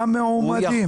המועמדים.